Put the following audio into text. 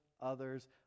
others